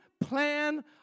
plan